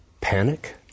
panic